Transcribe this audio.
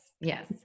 Yes